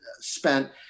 spent